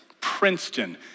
Princeton